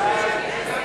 שם החוק,